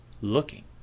looking